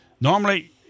normally